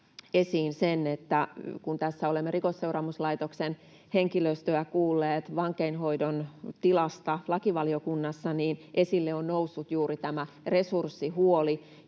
esiin sen, että kun tässä olemme Rikosseuraamuslaitoksen henkilöstöä kuulleet vankeinhoidon tilasta lakivaliokunnassa, niin esille on noussut juuri tämä resurssihuoli